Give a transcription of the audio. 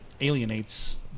alienates